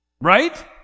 Right